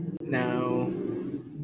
no